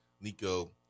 Nico